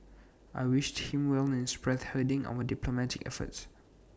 I wish him well in spearheading our diplomatic efforts